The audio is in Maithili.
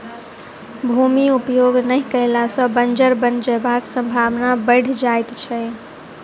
भूमि उपयोग नहि कयला सॅ बंजर बनि जयबाक संभावना बढ़ि जाइत छै